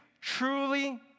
truly